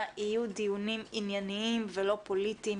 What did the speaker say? יהיו דיונים ענייניים ולא פוליטיים,